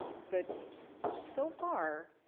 but so far,